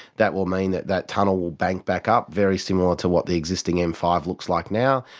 that will mean that that tunnel will bank back up, very similar to what the existing m five looks like now.